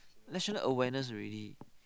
national awareness already